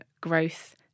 growth